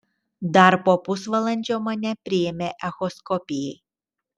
dar po pusvalandžio mane priėmė echoskopijai